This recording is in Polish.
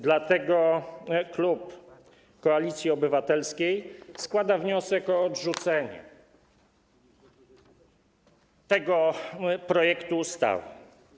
Dlatego klub Koalicji Obywatelskiej składa wniosek o odrzucenie tego projektu ustawy.